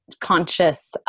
conscious